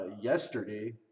yesterday